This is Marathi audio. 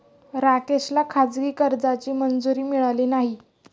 राकेशला खाजगी कर्जाची मंजुरी मिळाली नाही